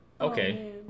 Okay